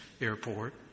airport